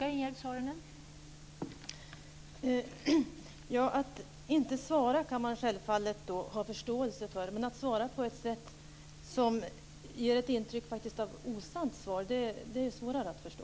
Fru talman! Att man inte svarar går självfallet att ha förståelse för, men att svara på ett sätt som ger intryck av ett osant svar är svårare att förstå.